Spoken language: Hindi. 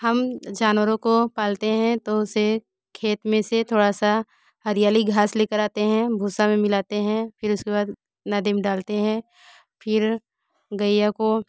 हम जानवरों को पालते हैं तो उसे खेत में से थोड़ा सा हरियाली घास ले कर आते हैं भूसे में मिलाते हैं फिर उसके बाद नदी में डालते हैं फिर गइया को